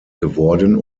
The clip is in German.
geworden